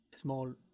small